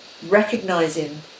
recognizing